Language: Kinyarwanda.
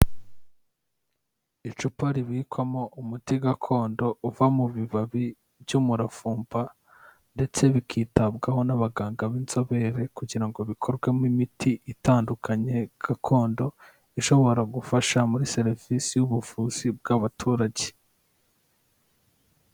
Icupa ribikwamo umuti gakondo uva mu bibabi by'umuravumba, ndetse bikitabwaho n'abaganga b'inzobere, kugira ngo bikorwemo imiti itandukanye gakondo, ishobora gufasha muri serivisi y'ubuvuzi bw'abaturage.